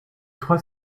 trois